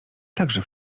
także